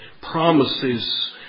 promises